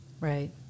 Right